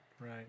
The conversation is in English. right